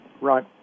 Right